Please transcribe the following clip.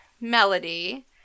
Melody